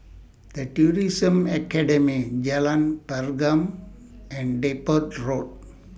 The Tourism Academy Jalan Pergam and Depot Road